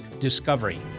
discovery